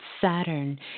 Saturn